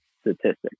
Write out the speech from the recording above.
statistics